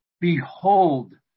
Behold